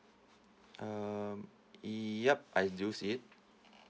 uh yup I use it